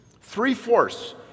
three-fourths